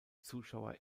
zuschauer